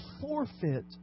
forfeit